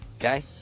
okay